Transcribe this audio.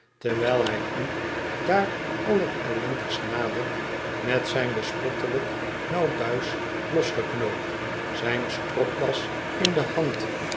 terwijl bij u daar allerellendigst nadert met zijn bespottelijk nauw buis los geknoopt zijn stropdas in de hand